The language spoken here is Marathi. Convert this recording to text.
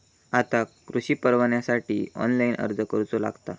आता कृषीपरवान्यासाठी ऑनलाइन अर्ज करूचो लागता